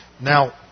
Now